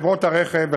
חברות הרכב,